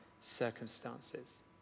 circumstances